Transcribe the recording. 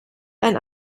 ein